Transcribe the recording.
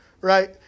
right